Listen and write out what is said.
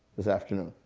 this afternoon?